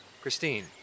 Christine